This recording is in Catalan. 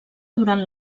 durant